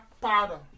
powder